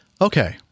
Okay